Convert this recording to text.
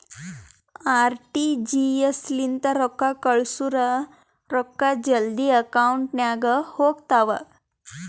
RTGS ಲಿಂತ ರೊಕ್ಕಾ ಕಳ್ಸುರ್ ರೊಕ್ಕಾ ಜಲ್ದಿ ಅಕೌಂಟ್ ನಾಗ್ ಹೋತಾವ್